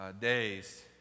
days